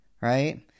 Right